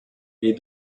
est